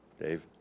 Dave